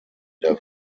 der